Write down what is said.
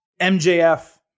MJF